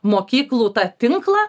mokyklų tą tinklą